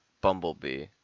bumblebee